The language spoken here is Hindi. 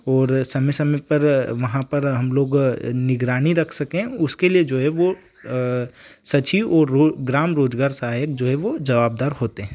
और समय समय पर वहाँ पर हम लोग निगरानी रख सकें उसके लिए जो है वो सचिव ओर रो ग्राम रोजगार सहायक जो हैं वो जवाबदार होते हैं